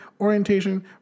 orientation